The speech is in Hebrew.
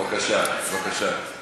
בבקשה, בבקשה.